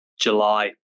July